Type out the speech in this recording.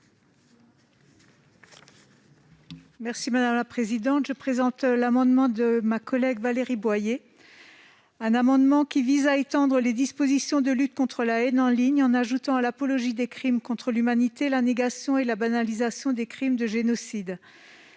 est à Mme Sabine Drexler. Cet amendement de ma collègue Valérie Boyer vise à étendre les dispositions de la lutte contre la haine en ligne, en ajoutant à l'apologie des crimes contre l'humanité la négation et la banalisation des crimes de génocide.